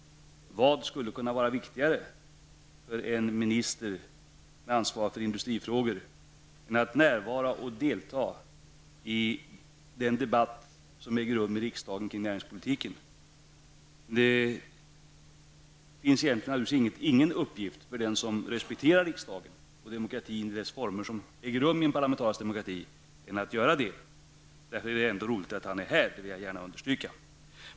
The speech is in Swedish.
Vad skulle kunna vara viktigare för en minister med ansvar för industrifrågor än att närvara och delta i den debatt som äger rum i riksdagen om näringspolitiken? Det finns naturligtvis ingen annan möjlighet för den som respekterar riksdagen och demokratin i den form den har i en parlamentarisk demokrati än att göra detta. Men det är ändå roligt att han är här, och det vill jag gärna understryka.